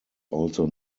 also